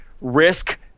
risk